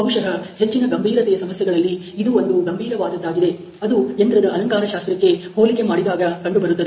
ಬಹುಶಃ ಹೆಚ್ಚಿನ ಗಂಭೀರತೆಯ ಸಮಸ್ಯೆಗಳಲ್ಲಿ ಇದು ಒಂದು ಗಂಭೀರವಾದದ್ದಾಗಿದೆ ಅದು ಯಂತ್ರದ ಅಲಂಕಾರಶಾಸ್ತ್ರಕ್ಕೆ ಹೋಲಿಕೆ ಮಾಡಿದಾಗ ಕಂಡುಬರುತ್ತದೆ